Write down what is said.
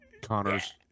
Connors